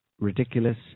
ridiculous